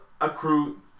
accrue